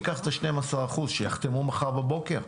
ניקח את ה-12% שיחתמו מחר בבוקר,